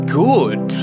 good